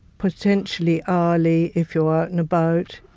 potentially hourly, if you're out and about,